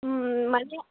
মানে